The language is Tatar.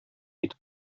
итеп